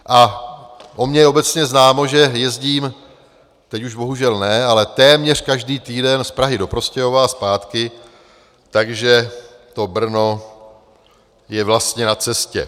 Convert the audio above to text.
O mně je obecně známo, že jezdím, teď už bohužel ne, ale téměř každý týden z Prahy do Prostějova a zpátky, takže to Brno je vlastně na cestě.